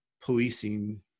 policing